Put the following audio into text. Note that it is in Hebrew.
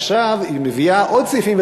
ועכשיו היא מביאה עוד סעיפים,